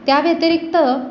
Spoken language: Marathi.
त्या व्यतिरिक्त